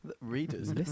Readers